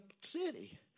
city